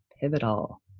Pivotal